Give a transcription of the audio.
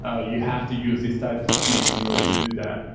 ah you have to use these types of techniques in order to do that.